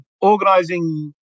organizing